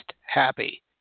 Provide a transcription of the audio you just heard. happy